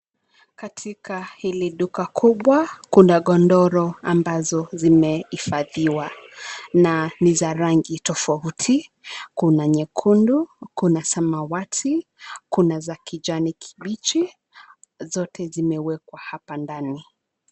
Katika hili duka kubwa kuna gondoro ambazo zimehifadhiwa na ni za rangi tofauti. Kuna nyekundu, kuna samawati, kuna za kijani kibichi. Zote zimewekwa hapa ndani.